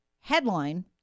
Headline